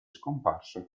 scomparso